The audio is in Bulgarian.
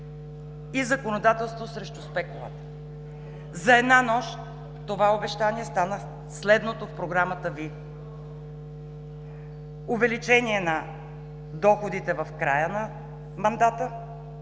и законодателство срещу спекулата. За една нощ това обещание стана следното в програмата Ви: увеличение на доходите в края на мандата,